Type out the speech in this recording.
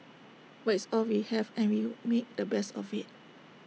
but it's all we have and we make the best of IT